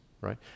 right